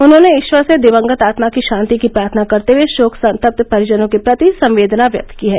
उन्होंने ईश्वर से दिवंगत आत्मा की शान्ति की प्रार्थना करते हुए शोक संतप्त परिजनों के प्रति संवेदना व्यक्त की है